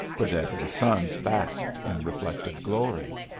burdett and sons basked in reflected glory.